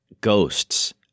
ghosts